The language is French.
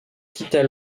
quittent